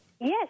Yes